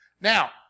Now